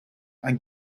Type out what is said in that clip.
and